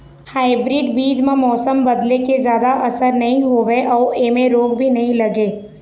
hybrid बीज म मौसम बदले के जादा असर नई होवे अऊ ऐमें रोग भी नई लगे